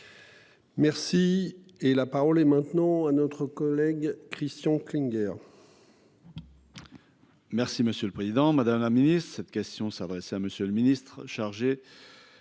Merci et. La parole est maintenant à notre collègue Christian Klinger.